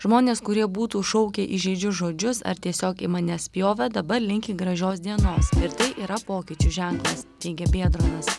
žmonės kurie būtų šaukę įžeidžius žodžius ar tiesiog į mane spjovę dabar linki gražios dienos ir tai yra pokyčių ženklas teigė biedronas